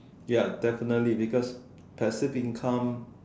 ya definitely because passive income